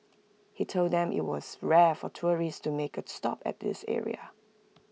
he told them IT was rare for tourists to make A stop at this area